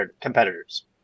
competitors